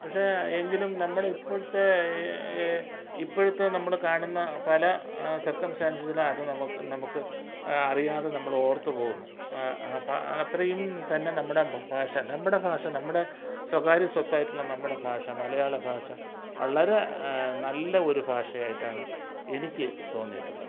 പക്ഷേ എങ്കിലും നമ്മൾ ഇപ്പോഴത്തെ ഇപ്പോഴത്തെ നമ്മൾ കാണുന്ന പല സർകംസ്റ്റാൻസസിൽ അത് നമുക്ക് നമുക്ക് അറിയാതെ നമ്മൾ ഓർത്ത് പോവുന്നു അപ്പോൾ അത്രയും തന്നെ നമ്മുടെ ഭാഷ നമ്മുടെ ഭാഷ നമ്മുടെ സ്വകാര്യസ്വത്തായിട്ടുള്ള നമ്മുടെ ഭാഷ മലയാള ഭാഷ വളരെ നല്ല ഒരു ഭാഷ ആയിട്ടാണ് എനിക്ക് തോന്നിയിട്ടുള്ളത്